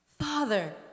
Father